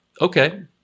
okay